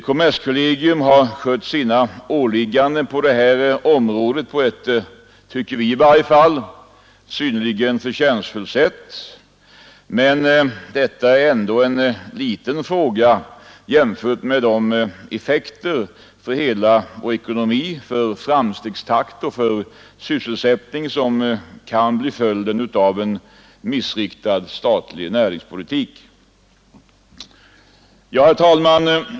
Kommerskollegium har skött sina åligganden på detta område på ett enligt vår mening synnerligen förtjänstfullt sätt. Men detta är ändå en liten fråga jämfört med de effekter för hela vår ekonomi, för framstegstakt och sysselsättning, som kan bli följden av en missriktad statlig näringspolitik. Herr talman!